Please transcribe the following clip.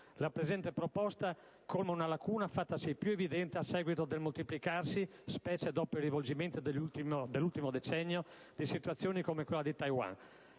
La presente proposta colma una lacuna fattasi più evidente a seguito del moltiplicarsi, specie dopo i rivolgimenti dell'ultimo decennio, di situazioni come quella di Taiwan.